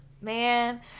man